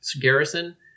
garrison